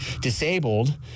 disabled